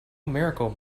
miracle